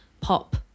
pop